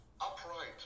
upright